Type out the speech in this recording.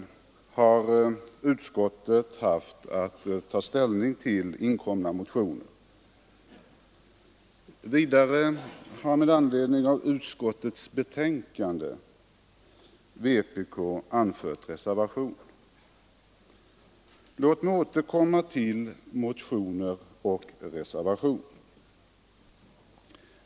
Vidare har vpk fogat en reservation vid utskottets betänkande. Låt mig återkomma litet senare till motioner och reservation.